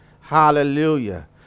Hallelujah